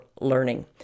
learning